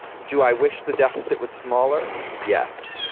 do i wish the deficit was smaller? yes.